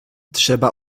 trzeba